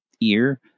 ear